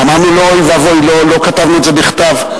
אמרנו לו: אוי ואבוי, לא כתבנו את זה בכתב.